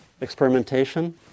experimentation